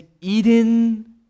Eden